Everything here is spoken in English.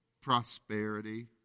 prosperity